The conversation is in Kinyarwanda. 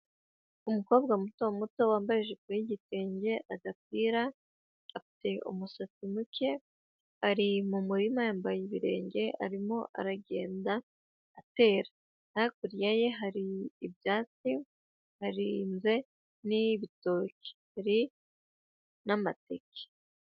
Umukobwa muto muto wambaye ijipo y'igitenge, agapira, afite umusatsi muke, ari mu murima yambaye ibirenge, arimo aragenda atera. Hakurya ye hari ibyatsi hahinzwe n'ibitoki n'amateke.